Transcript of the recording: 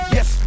Yes